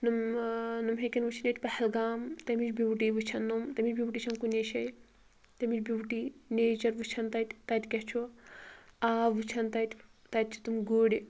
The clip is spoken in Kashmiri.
نُم نۄم ہیکن وُچھتھ ییتہِ پہلگام تٔمِچ بیوٹی وُچھن نۄم تِمِچ بیوٹی چھنہٕ کُنے جایہ تمِچ بیوٹی نیچر وُچھن تتہِ تتہِ کیاہ چھُ آب وُچھن تتہِ تتہِ چھِ تِم گرۍ